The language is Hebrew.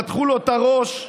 פתחו לו את הראש,